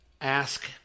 ask